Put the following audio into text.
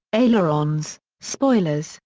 ailerons, spoilers,